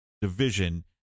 division